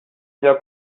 your